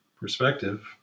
perspective